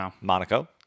Monaco